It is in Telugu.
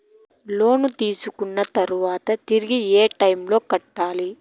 లోను తీసుకున్న తర్వాత తిరిగి ఎంత టైములో కట్టాలి